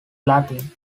latin